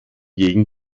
gegen